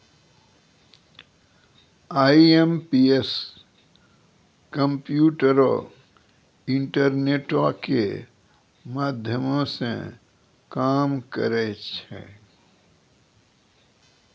IMPS कम्प्यूटरो, इंटरनेटो के माध्यमो से काम करै छै